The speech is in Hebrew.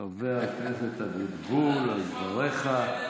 חבר הכנסת אבוטבול, על דבריך.